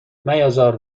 میازار